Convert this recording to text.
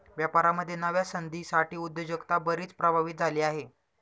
व्यापारामध्ये नव्या संधींसाठी उद्योजकता बरीच प्रभावित झाली आहे